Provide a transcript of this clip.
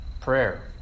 Prayer